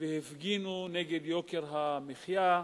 והפגינו נגד יוקר המחיה.